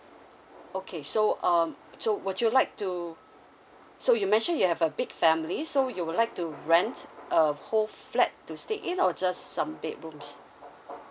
okay so um so would you like to so you mention you have a big family so you would like to rent a whole flat to stay in or just some bedrooms